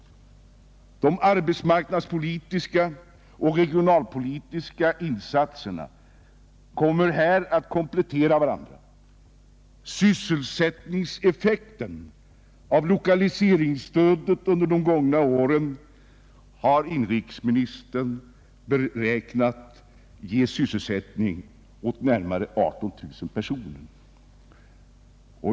De arbetsmarknadspolitiska och regionalpolitiska insatserna kommer här att komplettera varandra. Inrikesministern har beräknat att lokaliseringsstödet under de gångna åren har givit sysselsättning åt närmare 18 000 personer.